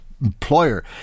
employer